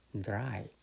dry